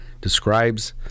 describes